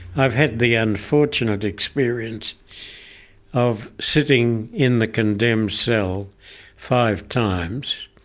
i've had the unfortunate experience of sitting in the condemned cell five times.